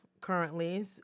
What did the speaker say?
currently